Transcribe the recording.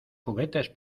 juguetes